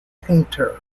painter